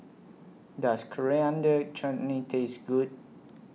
Does Coriander Chutney Taste Good